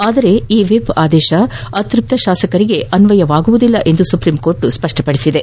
ಆದರೆ ಈ ವಿಪ್ ಆದೇಶ ಅತೃಪ್ತ ಶಾಸಕರಿಗೆ ಅನ್ವಯವಾಗುವುದಿಲ್ಲ ಎಂದು ಸುಪ್ರೀಂಕೋರ್ಟ್ ಹೇಳಿದೆ